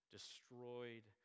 destroyed